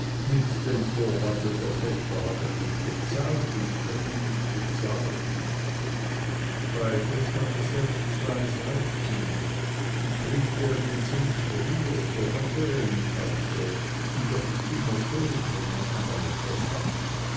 mit dem vorwande der pächter habe nicht bezahlt und könne nicht bezahlen beides hatte seine zwei seiten kriegte er den zins früher so hatte er ihn also und das ist immer schön wenn man einmal was hat